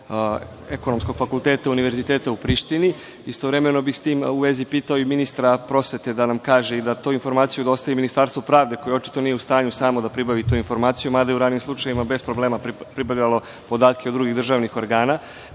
Ekonomskog fakulteta Univerziteta u Prištini? Istovremeno bih u vezi sa tim pitao i ministra prosvete da nam kaže i da tu informaciju dostavi Ministarstvu pravde koje očito nije u stanju samo da pribavi tu informaciju, mada je u ranijim slučajevima bez problema pribavljalo podatke od drugih državnih organa